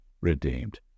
redeemed